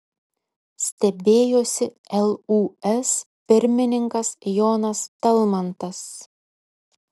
stebėjosi lūs pirmininkas jonas talmantas